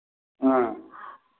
اۭں